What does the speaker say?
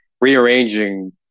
rearranging